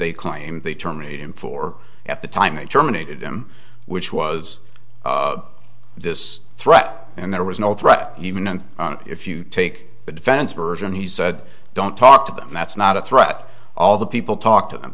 they claimed they terminated for at the time they terminated him which was this threat and there was no threat even if you take the defense version he said don't talk to them that's not a threat all the people talk to them